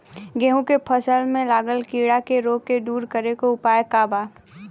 गेहूँ के फसल में लागल कीड़ा के रोग के दूर करे के उपाय का बा?